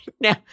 Now